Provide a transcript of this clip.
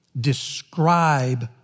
describe